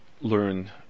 learn